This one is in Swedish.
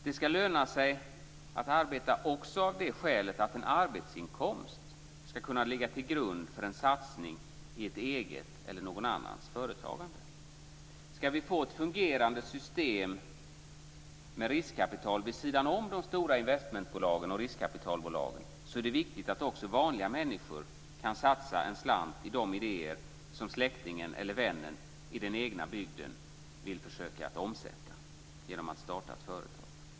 Det ska löna sig att arbeta också av det skälet att en arbetsinkomst ska kunna ligga till grund för en satsning i ett eget eller någon annans företagande. Ska vi få ett fungerande system med riskkapital vid sidan om de stora investmentbolagen och riskkapitalbolagen är det viktigt att också vanliga människor kan satsa en slant i de idéer som släktingen eller vännen i den egna bygden vill försöka omsätta genom att starta ett företag.